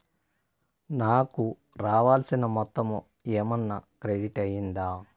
నాకు రావాల్సిన మొత్తము ఏమన్నా క్రెడిట్ అయ్యిందా